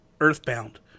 earthbound